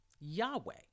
Yahweh